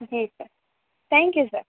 ji sir thank you sir